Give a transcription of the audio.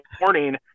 morning